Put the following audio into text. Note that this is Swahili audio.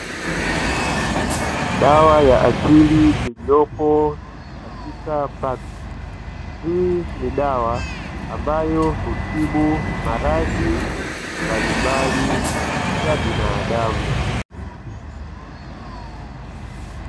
Dawa ya asili iliyopo katika pakiti. Hii ni dawa ambayo hutibu maradhi mbalimbali ya binadamu.